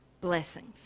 blessings